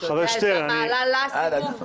אתה יודע כמה עלה הסיבוב